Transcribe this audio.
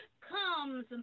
comes